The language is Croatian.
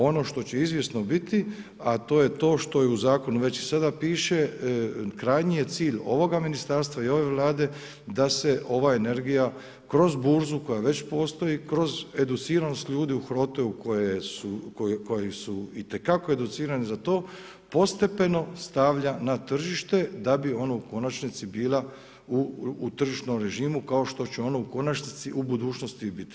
Ono što će izvjesno biti, a to je to što je u zakonu već i sada piše, krajnji je cilj ovoga ministarstva i ove Vlade da se ova energija kroz burzu koja već postoji, kroz educiranost ljudi … koje su itekako educirani za to, postepeno stavlja na tržište da bi ono u konačnici bila u tržišnom režimu, kao što će ona u konačnici, u budućnosti i biti.